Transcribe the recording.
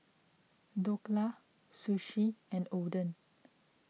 Dhokla Sushi and Oden